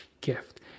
gift